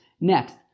Next